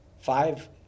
Five